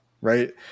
right